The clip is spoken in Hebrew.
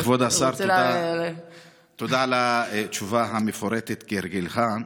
כבוד השר, תודה על התשובה המפורטת, כהרגלך.